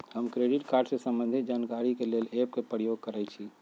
हम credit card से संबंधित जानकारी के लेल एप के प्रयोग करइछि